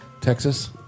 Texas